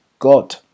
god